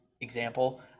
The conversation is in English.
example